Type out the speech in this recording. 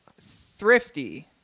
Thrifty